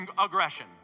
aggression